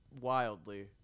wildly